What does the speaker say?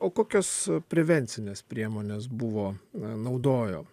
o kokios prevencinės priemonės buvo naudojo